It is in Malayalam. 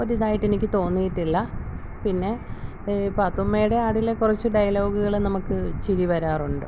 ഒരിതായിട്ട് എനിക്ക് തോന്നീട്ടില്ല പിന്നെ പാത്തുമ്മയുടെ ആടിലെ കുറച്ച് ഡയലോഗ്കള് നമുക്ക് ചിരി വരാറുണ്ട്